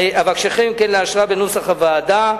אבקשכם, אם כן, לאשרה כנוסח הוועדה.